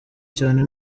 cyane